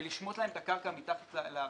ולשמוט להם את הקרקע מתחת לרגליים,